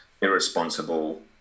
irresponsible